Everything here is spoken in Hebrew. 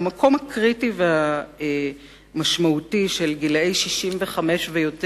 חשוב לציין את המקום הקריטי והמשמעותי של גילאי 65 ויותר,